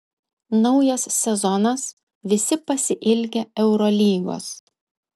naujas sezonas visi pasiilgę eurolygos